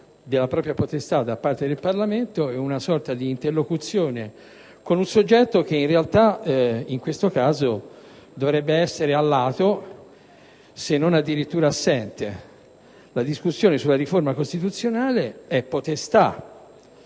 propria potestà da parte del Parlamento e una sorta di interlocuzione con un soggetto che in realtà, in questo caso, dovrebbe essere a lato, se non addirittura assente. La discussione sulla riforma costituzionale è potestà